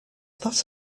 that